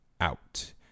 out